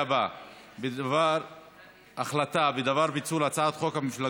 הצעת ועדת הכלכלה בדבר פיצול הצעת חוק הרשות